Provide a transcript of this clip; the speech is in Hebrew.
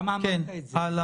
למה אמרת את זה?